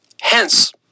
Hence